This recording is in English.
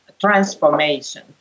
transformation